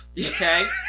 Okay